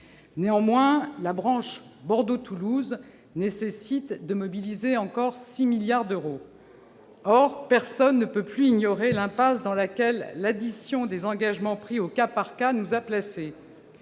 Néanmoins, la branche Bordeaux-Toulouse nécessite de mobiliser encore 6 milliards d'euros. Oh là là ! Or personne ne peut plus ignorer l'impasse dans laquelle l'addition des engagements pris au cas par cas nous a placés